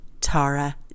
Tara